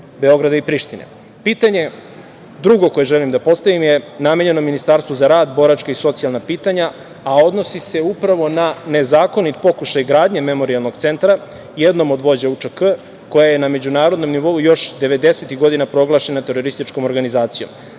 Beograda i Prištine. Pitanje, drugo, koje želim da postavim je namenjeno Ministarstvu za rad, boračka i socijalna pitanja, a odnosi se upravo na nezakonit pokušaj gradnje memorijalnog centra, jednom od vođa UČK, koja je na međunarodnom nivou još 90-tih godina proglašena terorističkom organizacijom. Da